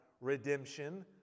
redemption